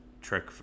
trick